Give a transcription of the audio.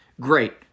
Great